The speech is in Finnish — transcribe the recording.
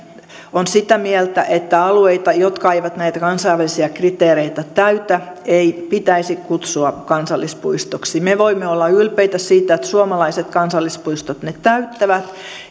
on sitä mieltä että alueita jotka eivät näitä kansainvälisiä kriteereitä täytä ei pitäisi kutsua kansallispuistoksi me voimme olla ylpeitä siitä että suomalaiset kansallispuistot ne täyttävät